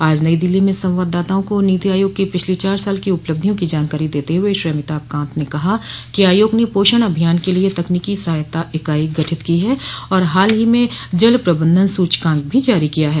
आज नई दिल्ली में संवाददाताओं को नीति आयोग की पिछली चार साल की उपलब्धियों की जानकारी देते हुए श्री अमिताभ कांत ने कहा कि आयोग ने पोषण अभियान के लिए तकनीकी सहायता इकाई गठित की है और हाल में जल प्रबंधन सूचकांक भी जारी किया है